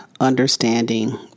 Understanding